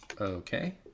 Okay